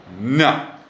No